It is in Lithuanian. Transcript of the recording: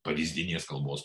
pavyzdinės kalbos